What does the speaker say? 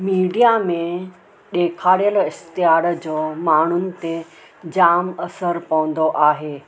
media में ॾेखारियल इश्तेहार जो माण्हुनि ते जामु असरु पवंदो आहे